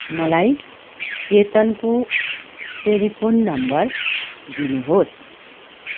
मलाई चेतनको telephone number दिनुहोस्